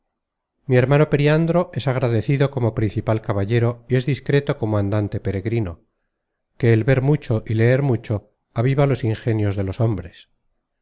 mi hermano periandro es agradecido como principal caballero y es discreto como andante peregrino que el ver mucho y leer mucho aviva los ingenios de los hombres